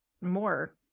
more